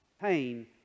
pain